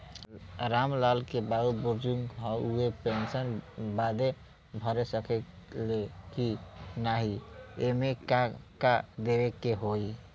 राम लाल के बाऊ बुजुर्ग ह ऊ पेंशन बदे भर सके ले की नाही एमे का का देवे के होई?